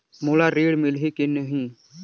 मोला ऋण मिलही की नहीं?